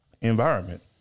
environment